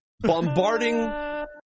Bombarding